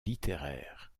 littéraires